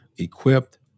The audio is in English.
equipped